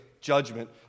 judgment